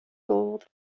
gold